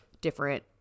different